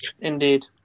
Indeed